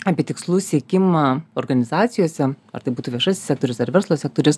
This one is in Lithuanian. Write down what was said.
apie tikslų siekimą organizacijose ar tai būtų viešasis sektorius ar verslo sektorius